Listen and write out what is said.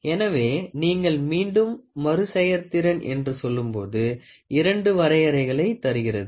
எனவே நீங்கள் மீண்டும் மறுசெயற்திறன் என்று சொல்லும்போது இரண்டு வரையறைகளை தருகிறது